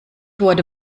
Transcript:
wurde